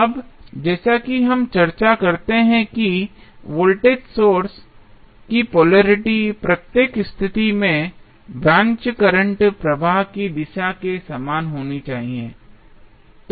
अब जैसा कि हम चर्चा करते हैं कि वोल्टेज सोर्स की पोलेरिटी प्रत्येक स्थिति में ब्रांच करंट प्रवाह की दिशा के समान होनी चाहिए